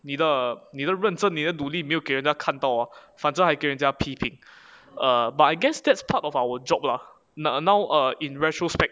你的你的认真你的努力没有给人家看到反而还给人家批评 err but I guess that's part of our job lah now now uh in retrospect